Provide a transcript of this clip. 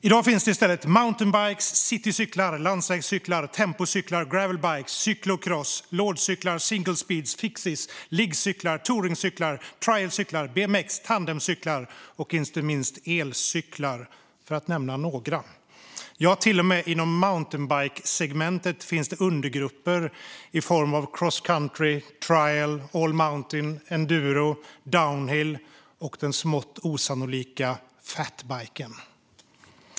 I dag finns det i stället mountainbikes, citycyklar, landsvägscyklar, tempocyklar, gravel bikes, cyclocross, lådcyklar, single speeds, fixies, liggcyklar, touringcyklar, trialcyklar, BMX, tandemcyklar och, inte minst, elcyklar, för att nämna några. Ja, till och med inom mountainbikesegmentet finns det undergrupper i form av cross country, trial, all mountain, enduro, down hill och den smått osannolika fatbiken.